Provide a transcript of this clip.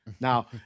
now